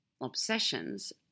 obsessions